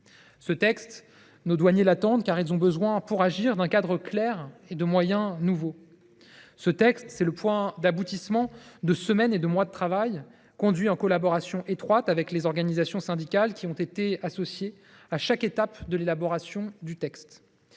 Ce texte, nos douaniers l’attendent, car ils ont besoin pour agir d’un cadre clair et de moyens nouveaux. Il est le point d’aboutissement de semaines et de mois de travail conduits en collaboration étroite avec les organisations syndicales, qui ont été associées à chaque étape de l’élaboration du texte.